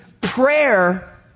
prayer